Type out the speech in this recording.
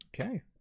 Okay